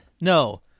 No